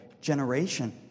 generation